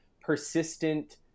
persistent